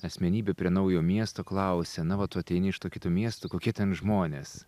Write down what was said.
asmenybė prie naujo miesto klausia na va tu ateini iš to kito miesto kokie ten žmonės